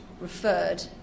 referred